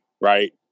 right